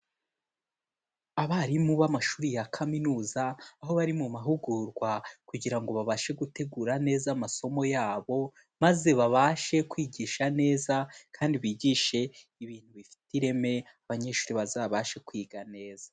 Abarimu b'amashuri ya kaminuza, aho bari mu mahugurwa kugira ngo babashe gutegura neza amasomo yabo, maze babashe kwigisha neza kandi bigishe ibintu bifite ireme, abanyeshuri bazabashe kwiga neza.